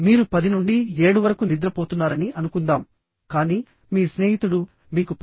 మీరు 10 నుండి 7 వరకు నిద్రపోతున్నారని అనుకుందాం కానీ మీ స్నేహితుడు మీకు 10